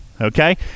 Okay